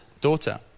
daughter